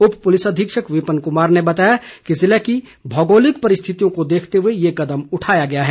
उप पुलिस अधीक्षक विपन कुमार ने बताया कि जिले की भौगोलिक परिस्थितियों को देखते हुए ये कदम उठाया गया है